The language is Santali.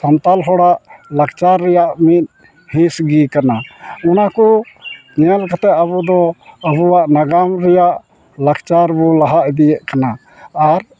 ᱥᱟᱱᱛᱟᱲ ᱦᱚᱲᱟᱜ ᱞᱟᱠᱪᱟᱨ ᱨᱮᱭᱟᱜ ᱢᱤᱫ ᱦᱤᱸᱥᱜᱮ ᱠᱟᱱᱟ ᱚᱱᱟ ᱠᱚ ᱧᱮᱞ ᱠᱟᱛᱮ ᱟᱵᱚ ᱫᱚ ᱟᱵᱚᱣᱟᱜ ᱱᱟᱜᱟᱢ ᱨᱮᱭᱟᱜ ᱞᱟᱠᱪᱟᱨ ᱵᱚᱱ ᱞᱟᱦᱟ ᱤᱫᱤᱭᱮᱜ ᱠᱟᱱᱟ ᱟᱨ